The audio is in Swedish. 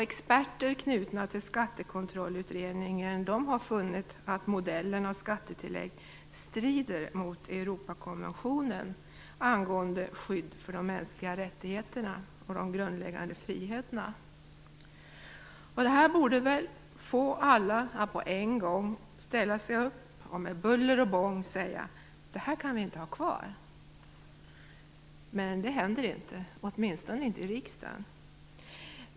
Experter knutna till Skattekontrollutredningen har funnit att modellen av skattetillägg strider mot Detta borde väl få alla att på en gång ställa sig upp och med buller och bång säga: Detta kan vi inte ha kvar! Men det händer inte, åtminstone inte i riksdagen.